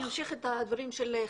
אני אמשיך את הדברים של חברי,